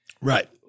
right